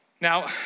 Now